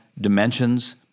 dimensions